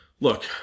look